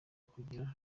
ukugira